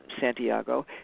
Santiago